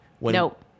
Nope